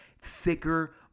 thicker